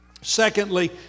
Secondly